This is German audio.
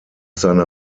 seiner